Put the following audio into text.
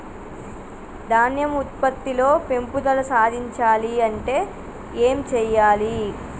ధాన్యం ఉత్పత్తి లో పెంపుదల సాధించాలి అంటే ఏం చెయ్యాలి?